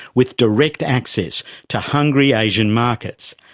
with direct access to hungry asian markets.